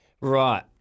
Right